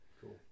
Cool